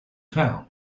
town